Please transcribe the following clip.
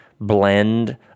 Blend